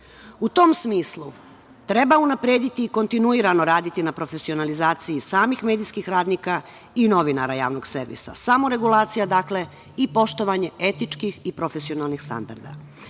tom smislu treba unaprediti i kontinuirano raditi na profesionalizaciji samih medijskih radnika i novinara javnog servisa. Dakle, samo regulacija i poštovanje etičkih i profesionalnih standarda. Rad